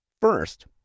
First